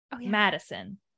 Madison